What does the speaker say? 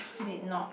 did not